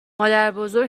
مادربزرگ